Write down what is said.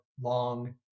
long